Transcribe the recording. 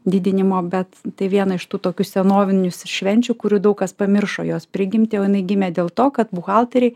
didinimo bet tai viena iš tų tokius senovinių švenčių kurių daug kas pamiršo jos prigimtį o jinai gimė dėl to kad buhalterei